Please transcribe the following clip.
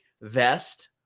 vest